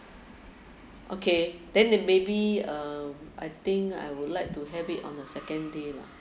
okay then the maybe uh I think I would like to have it on the second day lah